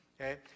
Okay